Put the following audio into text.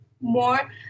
more